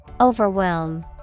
Overwhelm